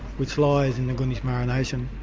which lies in the gunditjmara nation.